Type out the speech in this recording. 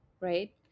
right